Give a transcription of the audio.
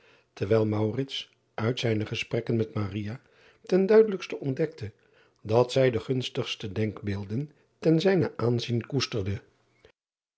terwijl uit zijne gesprekken met ten duidelijkste ontdekte dat zij de gunstigste denkbeelden ten zijnen aanzien koesterde